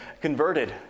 converted